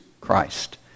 Christ